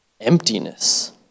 emptiness